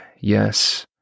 yes